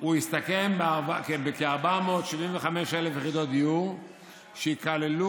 הוא הסתכם בכ-475,000 יחידות דיור שייכללו